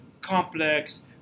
complex